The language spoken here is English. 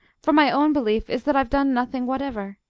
for my own belief is that i've done nothing whatever.